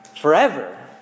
forever